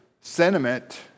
sentiment